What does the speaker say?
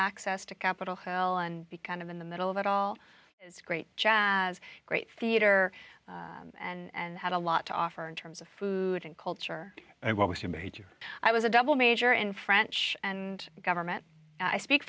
access to capitol hill and be kind of in the middle of it all is great great theater and had a lot to offer in terms of food and culture and what was your major i was a double major in french and government i speak